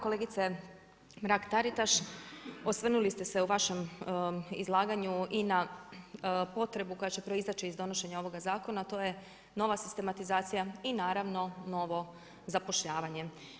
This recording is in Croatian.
Kolegice Mrak Taritaš, osvrnuli ste se u vašem izlaganju i na potrebe koja će proizaći iz donošenja ovoga zakona, a to je nova sistematizacija i naravno novo zapošljavanje.